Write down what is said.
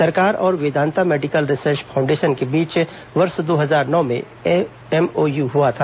सरकार और Vedanta medical research foundation के बीच वर्ष दो हजार नौ में एमओयू हुआ था